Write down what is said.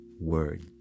word